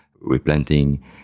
replanting